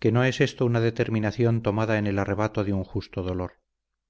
que no es esto una determinación tomada en el arrebato de un justo dolor